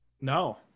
No